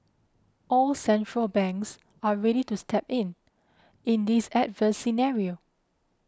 all central banks are ready to step in in this adverse scenario